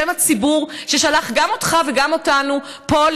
בשם הציבור ששלח גם אותך וגם אותנו לפה,